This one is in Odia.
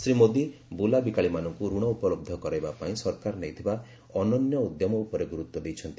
ଶ୍ରୀ ମୋଦୀ ବୁଲାବିକାଳୀମାନଙ୍କୁ ଋଣ ଉପଲବ୍ଧ କରାଇବା ପାଇଁ ସରକାର ନେଇଥିବା ଅନନ୍ୟ ଉଦ୍ୟମ ଉପରେ ଗୁରୁତ୍ୱ ଦେଇଛନ୍ତି